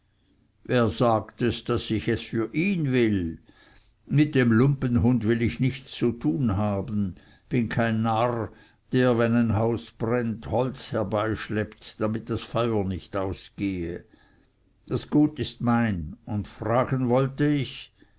wer sagt es daß ich es für ihn will mit dem lumpenhund will ich nichts zu tun haben bin kein narr der wenn ein haus brennt holz herbeischleppt damit das feuer nicht aus gehe das gut ist mein und fragen wollte ich